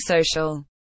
social